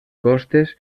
costes